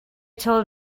told